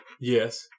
Yes